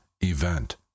event